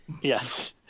Yes